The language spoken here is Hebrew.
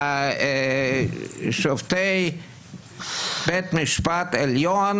את שופטי בית המשפט העליון